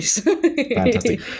Fantastic